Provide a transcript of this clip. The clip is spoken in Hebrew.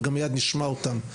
וגם מייד נשמע אותם.